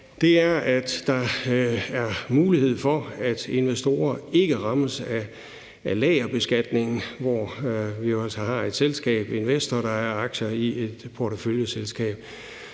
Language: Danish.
om, er, at der er mulighed for, at investorer ikke rammes af lagerbeskatningen, hvor vi jo altså har et selskab, en investor, der ejer aktier i et porteføljeselskab.